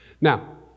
Now